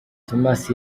thomas